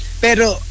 pero